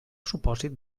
supòsit